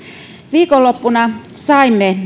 viikonloppuna saimme